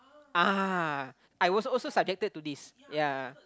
ah I was also subjected this ya